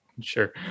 sure